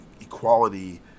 equality